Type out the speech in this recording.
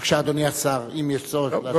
בבקשה, אדוני השר, אם יש צורך.